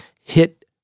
hit